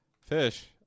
fish